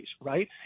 right